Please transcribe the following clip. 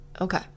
Okay